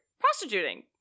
prostituting